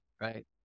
right